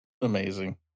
amazing